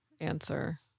answer